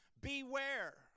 Beware